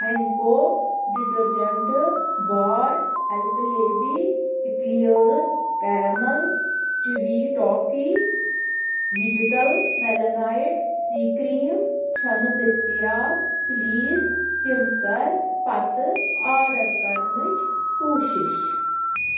Henko detergent bar ایلپٮ۪ن لایبی اِکلٲرٕس پیرامل چِوِی ٹافی وِجٕٹل میلا نایٹ سی کرٛیٖم چھَنہٕ دٔستِیاب پُلیٖز تِم کَر پتہٕ آرڈر کَرنٕچ کوٗشِش